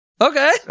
Okay